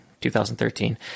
2013